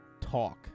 Talk